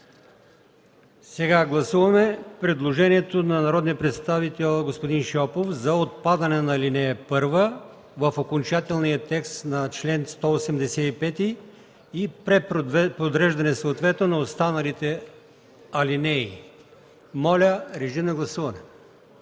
Гласуваме предложението на народния представител господин Шопов за отпадане на ал. 1 в окончателния текст на чл. 185 и преподреждане съответно на останалите алинеи. Моля, гласувайте.